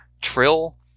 Trill